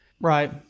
Right